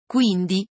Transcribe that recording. Quindi